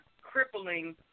crippling